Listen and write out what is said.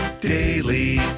Daily